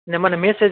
ને મને મેસેજ